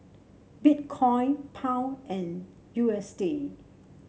Bitcoin Pound and U S D